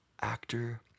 actor